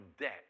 debt